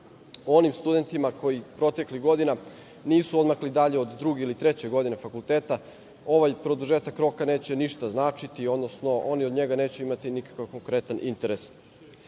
Onim studentima koji nisu odmakli dalje od druge ili treće godine fakulteta ovaj produžetak roka neće ništa značiti, odnosno oni od njega neće imati nikakav konkretan interes. Opravdan